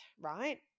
right